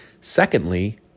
Secondly